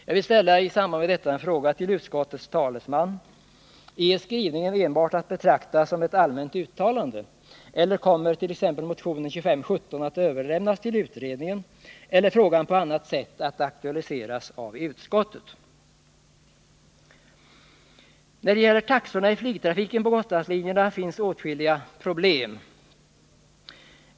Jag vill i samband med detta ställa en fråga till utskottets talesman: Är skrivningen enbart att betrakta som ett allmänt uttalande, eller kommer t.ex. motionen 2517 att överlämnas till utredningen eller frågan på annat sätt att aktualiseras av utskottet? Beträffande taxorna i flygtrafiken på Gotlandslinjerna finns det åtskilliga problem.